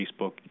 Facebook